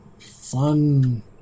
fun